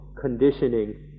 conditioning